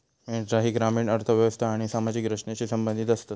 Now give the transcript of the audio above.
मेंढरा ही ग्रामीण अर्थ व्यवस्था आणि सामाजिक रचनेशी संबंधित आसतत